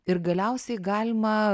ir galiausiai galima